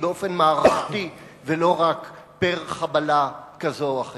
באופן מערכתי ולא רק פר-חבלה כזו או אחרת.